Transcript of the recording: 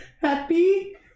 Happy